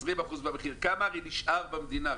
20% במחיר כמה נשאר במדינה?